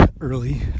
early